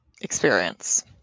experience